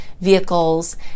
vehicles